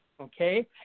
okay